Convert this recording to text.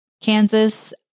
Kansas